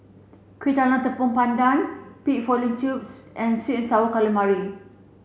Kuih Talam Tepong Pandan pig fallopian tubes and sweet and sour calamari